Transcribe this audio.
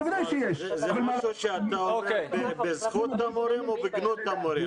בוודאי שיש --- זה משהו שאתה אומר בזכות המורים או בגנות המורים?